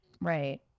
Right